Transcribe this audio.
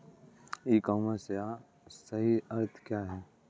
ई commerce का सही अर्थ क्या है?